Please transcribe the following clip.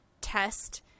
test